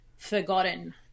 forgotten